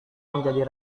menjadi